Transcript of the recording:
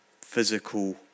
physical